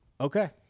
Okay